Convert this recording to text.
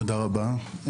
תודה רבה.